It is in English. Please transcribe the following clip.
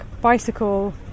bicycle